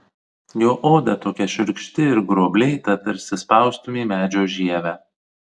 jo oda tokia šiurkšti ir gruoblėta tarsi spaustumei medžio žievę